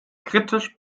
kritisch